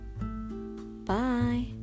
Bye